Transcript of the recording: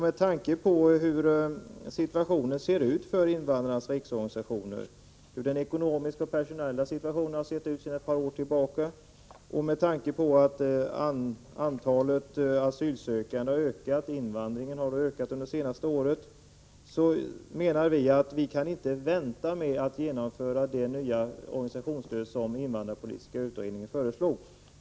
Med tanke på hur situationen ser ut för invandrarnas riksorganisationer ekonomiskt och personellt och har sett ut sedan ett par år tillbaka, och med tanke på att antalet asylsökande under det senaste året har ökat, menar vi att man inte kan vänta med att införa det nya organisationsstöd som invandrarpolitiska utredningen föreslog.